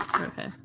Okay